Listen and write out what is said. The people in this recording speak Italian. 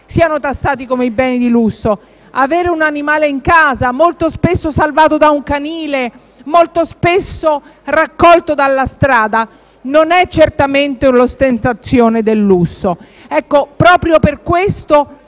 sia tassato come bene di lusso. Avere un animale in casa, molto spesso salvato da un canile, molto spesso raccolto dalla strada, non è certamente un'ostentazione del lusso. Proprio per questo